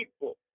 people